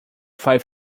five